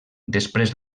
després